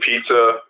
pizza